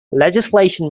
legislation